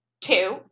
Two